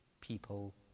people